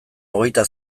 hogeita